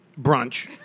brunch